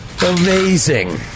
Amazing